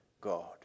God